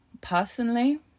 Personally